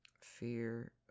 fear